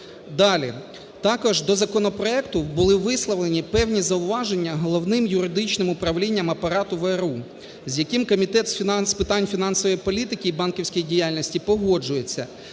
Також до законопроекту були висловлені певні зауваження Головним юридичним управління Апарату ВРУ, з яким Комітет з питань фінансової політики і банківської діяльності погоджується,